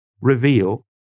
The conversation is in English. reveal